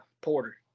Porter